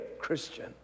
Christian